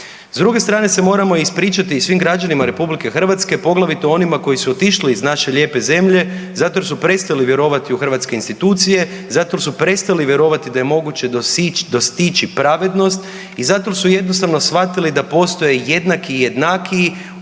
S druge strane se moramo ispričati i svim građanima RH, poglavito onima koji su otišli iz naše lijepe zemlje zato jer su prestali vjerovati u hrvatske institucije, zato jer su prestali vjerovati da je moguće dostići pravednost i zato jer su jednostavno shvatili da postoje jednaki i jednakiji